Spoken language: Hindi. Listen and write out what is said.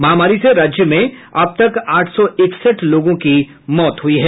महामारी से राज्य में अब तक आठ सौ इकसठ लोगों की मौत हुई हैं